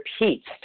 repeats